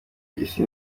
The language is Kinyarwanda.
isi